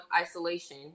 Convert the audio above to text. isolation